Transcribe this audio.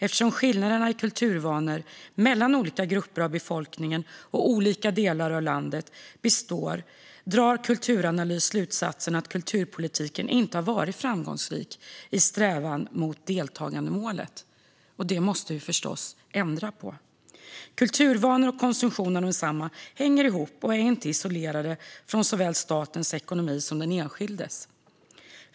Eftersom skillnaderna i kulturvanor mellan olika grupper av befolkningen och olika delar av landet består drar Kulturanalys slutsatsen att kulturpolitiken inte har varit framgångsrik i strävan mot deltagandemålet." Detta måste vi förstås ändra på. Kulturvanor och konsumtion av kultur hänger ihop och är inte isolerade från statens ekonomi eller från den enskildes.